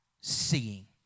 seeing